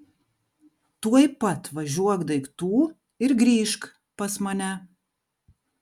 tuoj pat važiuok daiktų ir grįžk pas mane